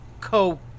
co